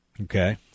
okay